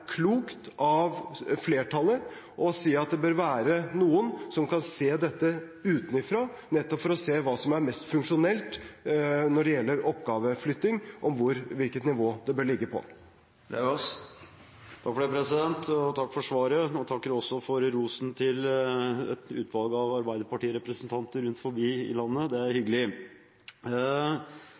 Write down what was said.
klokt av flertallet å si at det bør være noen som kan se dette utenfra, nettopp for å se hva som er mest funksjonelt når det gjelder oppgaveflytting, og hvilket nivå det bør ligge på. Takk for svaret, og takk også for rosen til et utvalg av arbeiderpartirepresentanter rundt om i landet. Det er hyggelig.